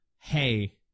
hey